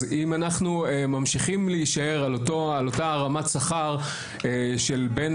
אז אם אנחנו ממשיכים להישאר על אותה רמת שכר של בין